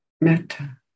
Metta